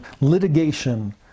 litigation